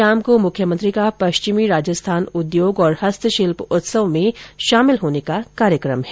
शाम को मुख्यमंत्री का पश्चिमी राजस्थान उद्योग और हस्तशिल्प उत्सव में शामिल होने का कार्यक्रम है